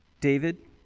David